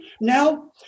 now